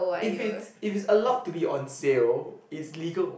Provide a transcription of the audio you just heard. if it's if it's allowed to be on sale it's legal